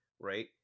right